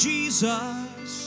Jesus